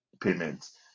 payments